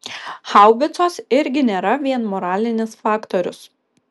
haubicos irgi nėra vien moralinis faktorius